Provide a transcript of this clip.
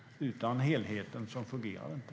Utan helheten fungerar den inte.